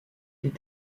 les